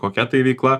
kokia tai veikla